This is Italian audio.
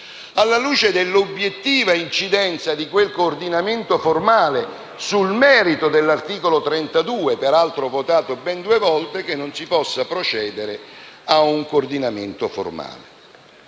2017 e dell'obiettiva incidenza di quel coordinamento formale sul merito dell'articolo 32, peraltro votato ben due volte, credo non si possa procedere ad un coordinamento formale.